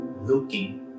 looking